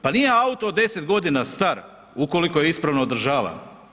Pa nije auto od 10 godina star ukoliko je ispravno održavan.